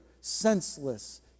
senseless